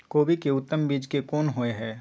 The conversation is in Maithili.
कोबी के उत्तम बीज कोन होय है?